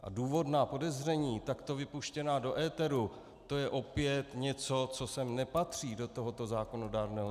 A důvodná podezření takto vypuštěná do éteru, to je opět něco, co sem nepatří, do tohoto zákonodárného sboru.